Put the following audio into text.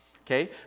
okay